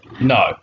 no